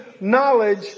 knowledge